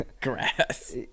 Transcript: Grass